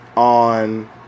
On